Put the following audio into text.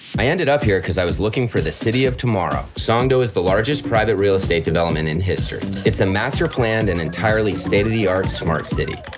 i ended up in here because i was looking for the city of tomorrow. songdo is the largest private real-estate development in history. it's a master-planned and entirely state of the art smart city.